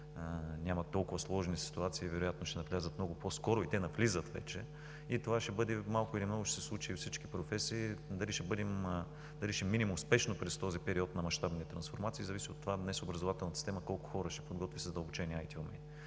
няма толкова сложни ситуации и вероятно ще навлязат много по-скоро и те вече навлизат. Това, малко или много, ще се случи във всички професии. Дали ще минем успешно през този период на мащабни трансформации зависи от това днес образователната система колко хора ще подготви със задълбочени